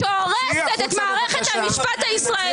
-- שכתב את חוות הדעת שהורסת את מערכת המשפט הישראלי.